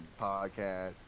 podcast